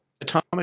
atomic